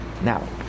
Now